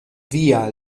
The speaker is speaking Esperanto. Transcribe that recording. via